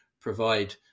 provide